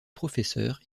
professeur